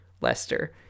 lester